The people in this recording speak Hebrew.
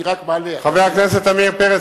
חבר הכנסת פרץ,